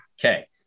okay